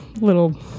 little